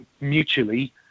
mutually